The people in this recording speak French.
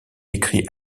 écrit